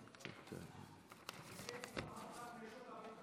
אדוני היושב-ראש,